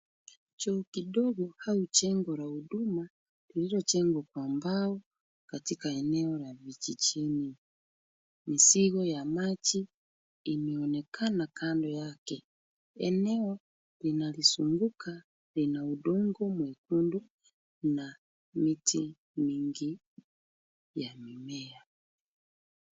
Choo kidogo au jengo la huduma lililojengwa kwa mbao katika eneo la vijijini. Misimu ya maji inaonekana kando yake. Eneo linalizunguka lina udongo mwekundu na miti mingi ya mimea.